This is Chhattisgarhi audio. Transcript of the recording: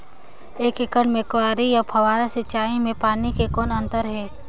एक एकड़ म क्यारी अउ फव्वारा सिंचाई मे पानी के कौन अंतर हे?